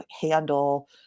handle